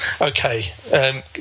okay